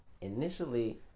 initially